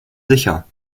sicher